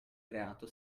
creato